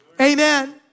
Amen